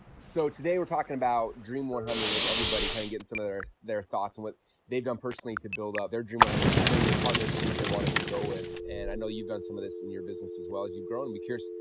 so, today we're talking about dream one hundred with everybody, kinda getting some of their their thoughts, and what they've done personally to build up their dream one hundred, potential partners, and things they wanted to go with. and, i know that you've done some of this in your business as well, as you've grown. be curious,